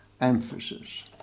emphasis